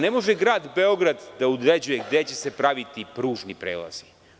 Ne može Grad Beograd da određuje gde će se praviti pružni prelazi.